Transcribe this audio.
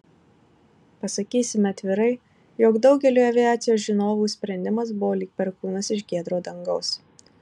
pasakysime atvirai jog daugeliui aviacijos žinovų sprendimas buvo lyg perkūnas iš giedro dangaus